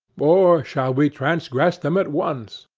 or shall we transgress them at once?